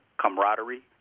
camaraderie